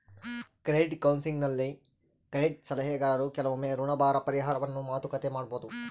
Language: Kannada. ಕ್ರೆಡಿಟ್ ಕೌನ್ಸೆಲಿಂಗ್ನಲ್ಲಿ ಕ್ರೆಡಿಟ್ ಸಲಹೆಗಾರರು ಕೆಲವೊಮ್ಮೆ ಋಣಭಾರ ಪರಿಹಾರವನ್ನು ಮಾತುಕತೆ ಮಾಡಬೊದು